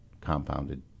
compounded